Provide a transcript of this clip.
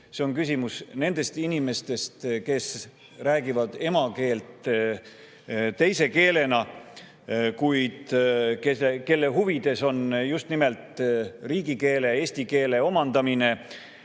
See on küsimus nendest inimestest, kes räägivad emakeelt teise keelena, kuid kelle huvides on just nimelt riigikeele, eesti keele omandamine,